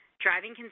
driving